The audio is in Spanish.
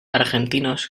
argentinos